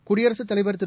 குடியரசுத் தலைவர் திரு